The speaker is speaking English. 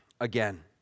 again